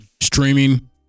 streaming